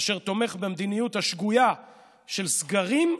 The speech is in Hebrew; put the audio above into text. אשר תומך במדיניות השגויה של סגרים,